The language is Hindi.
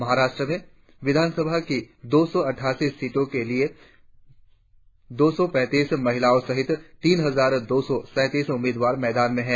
महाराष्ट्र में विधानसभा की दो सौ अट्ठासी सीटों के लिए दो सौ पैतीस महिलाओं सहित तीन हजार दो सौ सैतीस उम्मीदवार मैदान में है